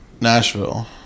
Nashville